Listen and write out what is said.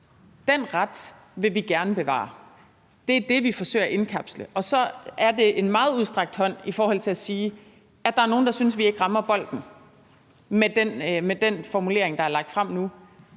vil vi gerne bevare. Det er det, vi forsøger at indkapsle. Og så er det en meget udstrakt hånd i forhold til sige, at der er nogle, der synes, at vi ikke rammer bolden med den formulering, der er lagt frem nu.